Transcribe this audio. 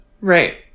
Right